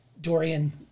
Dorian